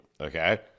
Okay